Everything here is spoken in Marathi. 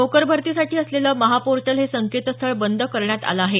नोकर भरतीसाठी असलेलं महापोर्टल हे संकेतस्थळ बंद करण्यात आलं आहे